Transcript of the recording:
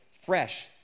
fresh